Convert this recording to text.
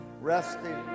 resting